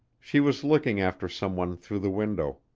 she was looking after some one through the window.